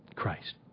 Christ